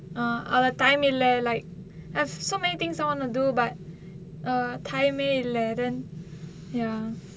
uh அதான்:athaan time இல்ல:illa like I have so many things want to do but err time eh இல்ல:illa then ya